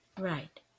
Right